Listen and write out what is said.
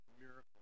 miracle